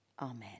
Amen